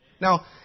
Now